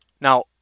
Now